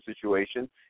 situation